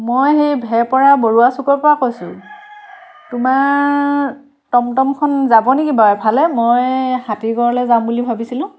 মই সেই ভেৰপৰা বৰুৱা চুকৰ পৰা কৈছোঁ তোমাৰ টমটমখন যাব নেকি বাৰু এফালে মই হাতীগড়লৈ যাম বুলি ভাবিছিলোঁ